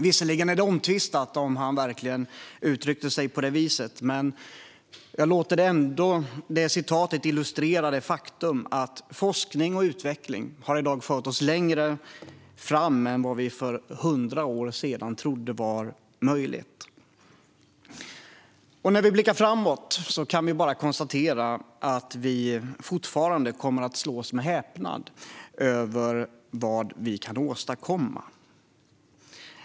Visserligen är det omtvistat om han verkligen uttryckte sig på det viset, men jag låter ändå citatet illustrera det faktum att forskning och utveckling i dag har fört oss längre fram än vad vi för 100 år sedan trodde var möjligt. När vi blickar framåt kan vi bara konstatera att vi fortfarande kommer att slås med häpnad över vad vi kan åstadkomma.